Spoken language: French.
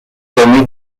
former